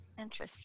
Interesting